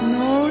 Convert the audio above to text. no